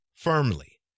Firmly